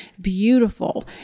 beautiful